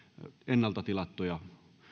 ennalta tilattuja